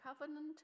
covenant